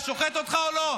היה שוחט אותך או לא?